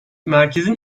merkezin